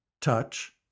touch